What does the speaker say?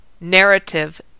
Narrative